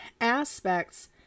aspects